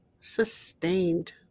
sustained